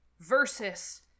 versus